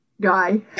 guy